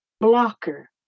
blocker